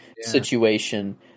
situation